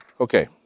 Okay